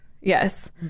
Yes